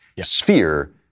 sphere